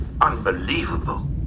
Unbelievable